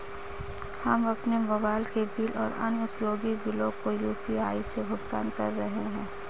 हम अपने मोबाइल के बिल और अन्य उपयोगी बिलों को यू.पी.आई से भुगतान कर रहे हैं